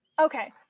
Okay